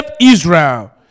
Israel